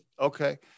okay